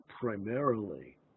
primarily